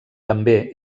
també